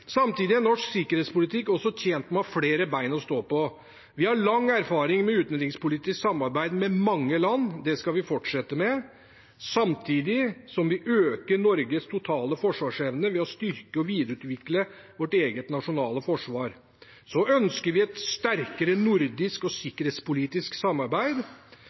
Samtidig er norsk sikkerhetspolitikk også tjent med å ha flere ben å stå på. Vi har lang erfaring med utenrikspolitisk samarbeid med mange land, det skal vi fortsette med samtidig som vi øker Norges totale forsvarsevne ved å styrke og videreutvikle vårt eget nasjonale forsvar. Så ønsker vi et sterkere nordisk og sikkerhetspolitisk samarbeid,